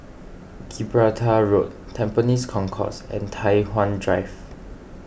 Gibraltar Road Tampines Concourse and Tai Hwan Drive